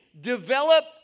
Develop